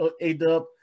A-Dub